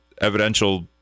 evidential